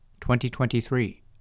2023